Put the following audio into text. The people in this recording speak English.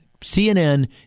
CNN